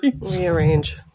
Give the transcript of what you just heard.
rearrange